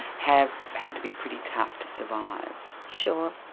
have had to be pretty tough to survive? sure.